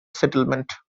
settlement